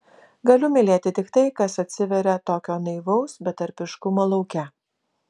galiu mylėti tik tai kas atsiveria tokio naivaus betarpiškumo lauke